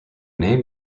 name